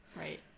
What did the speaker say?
Right